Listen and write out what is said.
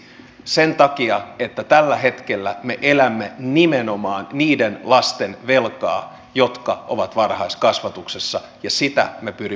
sen takia että tällä hetkellä me elämme nimenomaan niiden lasten velkaa jotka ovat varhaiskasvatuksessa ja sitä me pyrimme välttämään